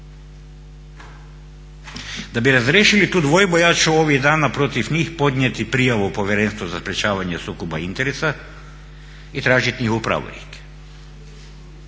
Da bi razriješili tu dvojbu ja ću ovih dana protiv njih podnijeti prijavu Povjerenstvu za sprječavanje sukoba interesa i tražiti njihov pravorijek.